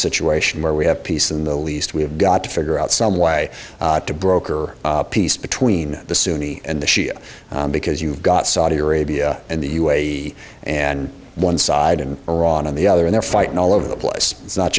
situation where we have peace in the least we have got to figure out some way to broker peace between the sunni and the shia because you've got saudi arabia and the u a e and one side and iran on the other in there fighting all over the place it's not